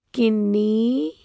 ਕਿੰਨੀ